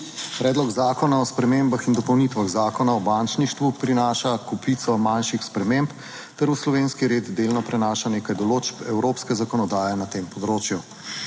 Predlog zakona o spremembah in dopolnitvah Zakona o bančništvu prinaša kopico manjših sprememb ter v slovenski red delno prinaša nekaj določb evropske zakonodaje na tem področju.